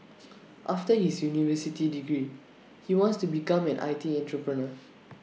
after his university degree he wants to become an I T entrepreneur